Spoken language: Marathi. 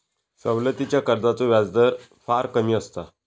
सवलतीच्या कर्जाचो व्याजदर फार कमी असता